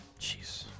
Jeez